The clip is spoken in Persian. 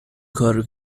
کارو